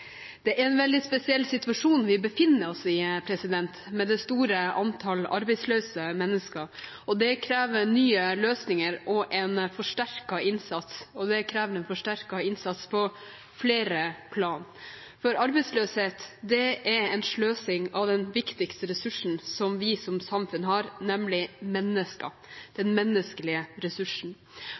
Det er en veldig spesiell situasjon vi befinner oss i, med det store antall arbeidsløse mennesker, og det krever nye løsninger og en forsterket innsats – og det krever en forsterket innsats på flere plan. Arbeidsløshet er sløsing av den viktigste ressursen som vi som samfunn har, nemlig mennesker, den menneskelige ressursen,